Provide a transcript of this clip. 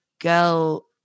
go